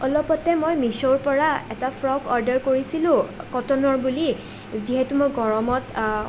অলপতে মই মিছ'ৰ পৰা এটা ফ্ৰক অৰ্ডাৰ কৰিছিলোঁ কটনৰ বুলি যিহেতু মই গৰমত